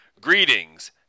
greetings